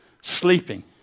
sleeping